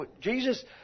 Jesus